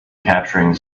capturing